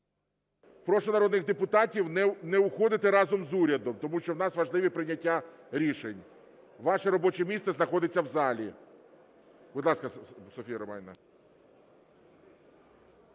Прошу народних депутатів не уходити разом з урядом, тому що важливі прийняття рішень, ваше робоче місце знаходиться в залі. Будь ласка, Софія Романівна.